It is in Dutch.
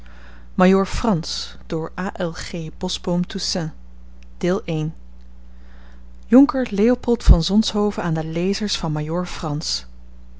majoor frans jonker leopold van zonshoven aan de lezers van majoor frans